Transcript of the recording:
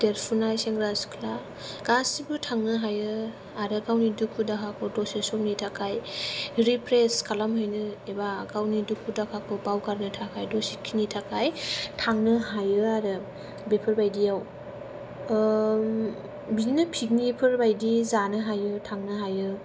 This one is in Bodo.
देरफुनाय सेंग्रा सिख्ला गासिबो थांनो हायो आरो गावनि दुखु दाहाखौ दसे समनि थाखाय रिफ्रेश खालाम हैनो एबा गावनि दुखु दाहाखौ बावगारनो थाखाय दसेखिनि थाखाय थांनो हायो आरो बेफोरबायदियाव बिदिनो पिकनिकफोर बायदि जानो हायो थांनो हायो